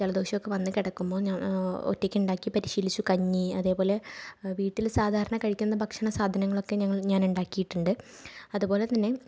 ജലദോഷമൊക്കെ വന്ന് കിടക്കുമ്പോൾ ഒറ്റക്ക് ഉണ്ടാക്കി പരിശീലിച്ചു കഞ്ഞി അതേപോലെ വീട്ടിൽ സാധാരണ കഴിക്കുന്ന ഭക്ഷണ സാധനങ്ങളൊക്കെ ഞങ്ങൾ ഞാനുണ്ടാക്കിയിട്ടൂണ്ട് അതുപോലെ തന്നെ